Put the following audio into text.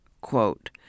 Quote